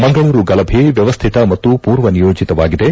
ಮಂಗಳೂರು ಗಲಭೆ ವ್ಯವಸ್ಥಿತ ಮತ್ತು ಪೂರ್ವನಿಯೋಜಿತವಾಗಿದೆ